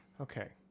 Okay